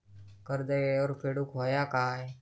कर्ज येळेवर फेडूक होया काय?